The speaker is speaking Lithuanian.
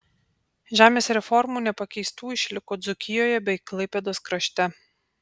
žemės reformų nepakeistų išliko dzūkijoje bei klaipėdos krašte